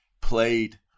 played